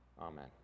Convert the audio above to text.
Amen